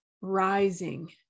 rising